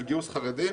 של גיוס חרדים,